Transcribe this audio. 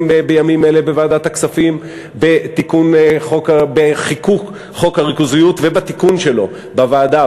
בימים אלה בוועדת הכספים בחיקוק חוק הריכוזיות ובתיקון שלו בוועדה,